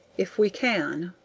if we can.